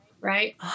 right